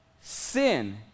sin